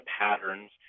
patterns